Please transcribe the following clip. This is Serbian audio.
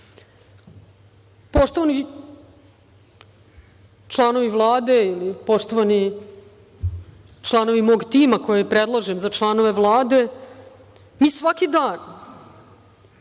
zemlju. Poštovani članovi Vlade ili poštovani članovi mog tima koje predlažem za članove Vlade, mi svaki dan